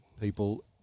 people